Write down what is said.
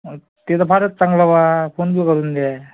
मग ते तर फारच चांगलं बा कोण बी घालून द्या